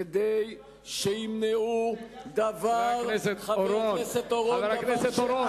כדי שימנעו דבר, אם פלסטיני, חבר הכנסת אורון.